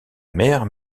mère